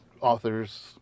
authors